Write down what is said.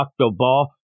Octoball